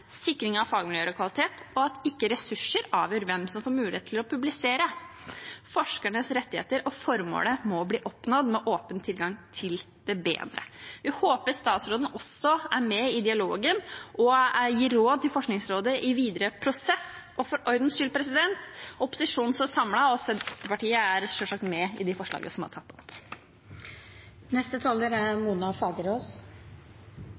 sikring av fagmiljøer og kvalitet, og at ikke ressurser avgjør hvem som får mulighet til å publisere. Forskernes rettigheter og formålet må bli oppnådd med åpen tilgang til det bedre. Vi håper statsråden også er med i dialogen og gir råd til Forskningsrådet i videre prosess. For ordens skyld: Opposisjonen står samlet, og Senterpartiet støtter selvsagt de forslagene som er tatt opp. All offentlig finansiert forskning bør være åpent tilgjengelig for alle. For SV er